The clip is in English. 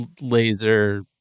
laser